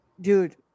dude